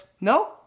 No